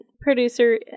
producer